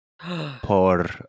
por